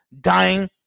dying